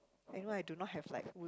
anyway I do not have like